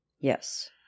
Yes